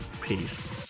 peace